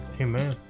Amen